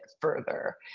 further